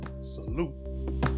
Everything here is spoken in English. Salute